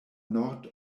nord